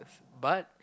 but